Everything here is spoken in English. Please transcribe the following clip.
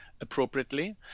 appropriately